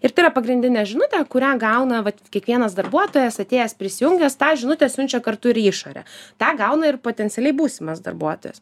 ir tai yra pagrindinė žinutė kurią gauna kiekvienas darbuotojas atėjęs prisijungęs tą žinutę siunčia kartu ir į išorę tą gauna ir potencialiai būsimas darbuotojas